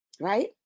right